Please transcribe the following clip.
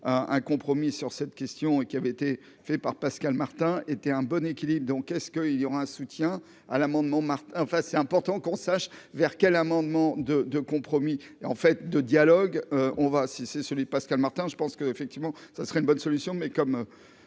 un compromis sur cette question et qui avait été fait par Pascal Martin était un bon équilibre, donc est-ce qu'il y aura un soutien à l'amendement Martin enfin c'est important qu'on sache vers quelle amendement de compromis et en fait de dialogue, on va, si c'est celui, Pascale Martin je pense qu'effectivement, ça serait une bonne solution